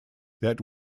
that